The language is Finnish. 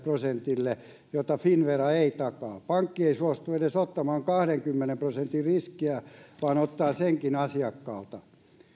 prosentille jota finnvera ei takaa pankki ei suostu ottamaan edes kahdenkymmenen prosentin riskiä vaan ottaa senkin asiakkaalta